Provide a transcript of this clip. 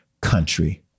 country